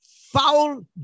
foul